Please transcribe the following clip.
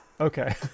Okay